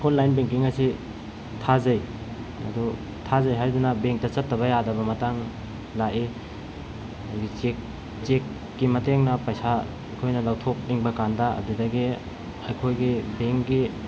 online banking ꯑꯁꯤ ꯊꯥꯖꯩ ꯑꯗꯨ ꯊꯥꯖꯩ ꯍꯥꯏꯗꯨꯅ ꯕꯦꯡꯇ ꯆꯠꯇꯕ ꯌꯥꯗꯕ ꯃꯇꯥꯡ ꯂꯥꯛꯏ ꯑꯗꯒꯤ ꯆꯦꯛ ꯆꯦꯛꯀꯤ ꯃꯇꯦꯡꯅ ꯄꯩꯁꯥ ꯑꯩꯈꯣꯏꯅ ꯂꯧꯊꯣꯛꯅꯤꯡꯕ ꯀꯥꯟꯗ ꯑꯗꯨꯗꯒꯤ ꯑꯩꯈꯣꯏꯒꯤ ꯕꯦꯡꯒꯤ